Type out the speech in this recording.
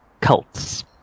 cults